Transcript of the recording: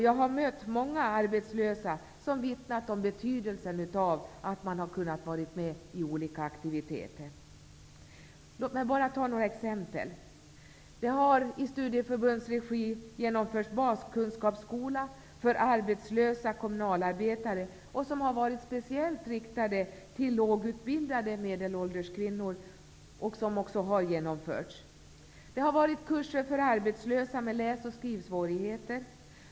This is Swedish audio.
Jag har mött många arbetslösa som vittnat om betydelsen av att man kunnat vara med i olika aktiviteter. Låt mig ta några exempel. Det har i studieförbundsregi genomförts baskunskapsskola för arbetslösa kommunalarbetare. Den har varit speciellt riktad till lågutbildade medelålders kvinnor. Det har varit kurser för arbetslösa med läs och skrivsvårigheter.